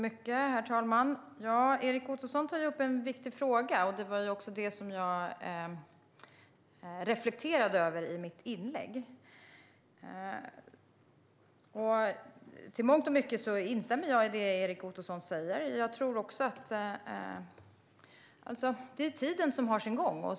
Herr talman! Erik Ottoson tar upp en viktig fråga. Det var också det som jag reflekterade över i mitt inlägg. I mångt och mycket instämmer jag i det som Erik Ottoson säger. Jag tror också att det är tiden som har sin gång.